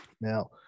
Now